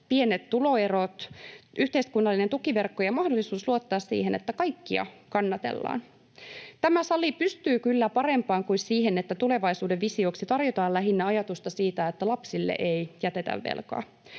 pienet tuloerot, yhteiskunnallinen tukiverkko ja mahdollisuus luottaa siihen, että kaikkia kannatellaan. Tämä sali pystyy kyllä parempaan kuin siihen, että tulevaisuuden visioksi tarjotaan lähinnä ajatusta siitä, että lapsille ei jätetä velkaa.